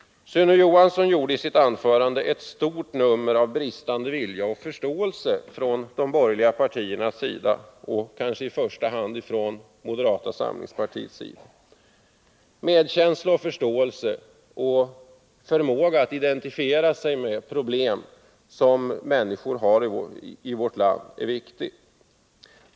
Sune Johansson gjorde i sitt första anförande ett stort nummer av den påstådda bristande viljan och förståelsen från de borgerliga partiernas sida, kanske i första hand från moderata samlingspartiets sida. Medkänsla, förståelse och förmåga att identifiera sig med de problem som människor i vårt land har är viktiga.